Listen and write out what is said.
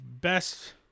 best